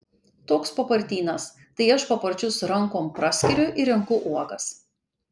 toks papartynas tai aš paparčius rankom praskiriu ir renku uogas